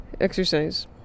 exercise